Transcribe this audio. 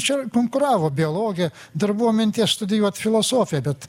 čia konkuravo biologija dar buvo minties studijuot filosofiją bet